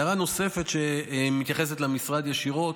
הערה נוספת שמתייחסת למשרד ישירות,